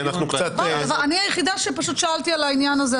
אבל אני היחידה שפשוט שאלתי על העניין הזה,